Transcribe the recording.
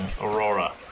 Aurora